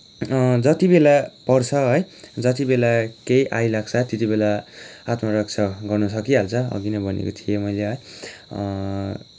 जतिबेला पर्छ है जतिबेला केही आइलाग्छ त्यतिबेला आत्मरक्षा गर्न सकिहाल्छ अघि नै भनेको थिएँ मैले है